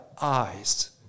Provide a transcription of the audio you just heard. eyes